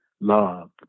love